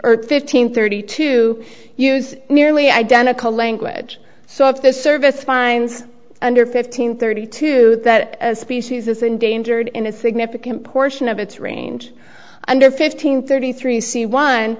earth fifteen thirty two use nearly identical language so if this service finds under fifteen thirty two that species is endangered in a significant portion of its range under fifteen thirty three c one